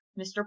mr